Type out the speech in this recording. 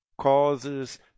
causes